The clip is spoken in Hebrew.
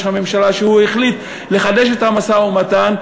הממשלה על זה שהוא החליט לחדש את המשא-ומתן,